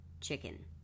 chicken